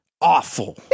awful